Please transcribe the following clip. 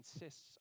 insists